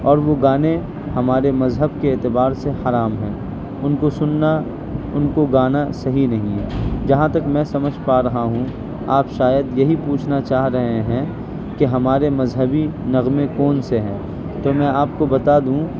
اور وہ گانے ہمارے مذہب کے اعتبار سے حرام ہیں ان کو سننا ان کو گانا صحیح نہیں ہے جہاں تک میں سمجھ پا رہا ہوں آپ شاید یہی پوچھنا چاہ رہے ہیں کہ ہمارے مذہبی نغمے کون سے ہیں تو میں آپ کو بتا دوں